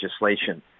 legislation